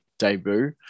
debut